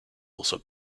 also